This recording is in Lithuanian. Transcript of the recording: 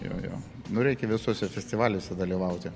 jo jo nu reikia visuose festivaliuose dalyvauti